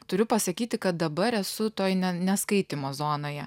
turiu pasakyti kad dabar esu toj ne neskaitymo zonoje